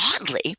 oddly